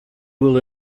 will